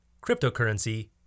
cryptocurrency